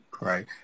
right